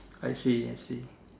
I see I see